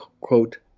quote